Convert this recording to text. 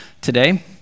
today